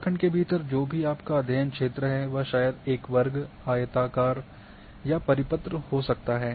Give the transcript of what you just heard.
उत्तराखंड के भीतर जो भी आपका अध्ययन क्षेत्र वह शायद एक वर्ग आयताकार या परिपत्र हो सकता है